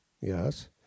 yes